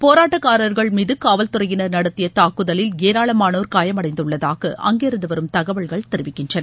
போராட்டக்காரர்கள் மீது காவல்துறையினர் நடத்திய தாக்குதலில் ஏராளமானோர் காயமடைந்துள்ளதாக அங்கிருந்து வரும் தகவல்கள் தெரிவிக்கின்றன